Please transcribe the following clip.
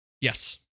yes